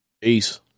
Peace